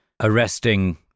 arresting